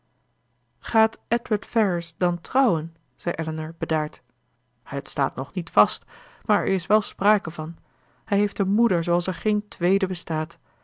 gaat edward ferrars dan trouwen zei elinor bedaard het staat nog niet vast maar er is wel sprake van hij heeft een moeder zooals er geen tweede bestaat